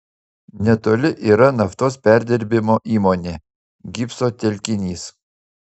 netoli yra naftos perdirbimo įmonė gipso telkinys